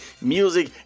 music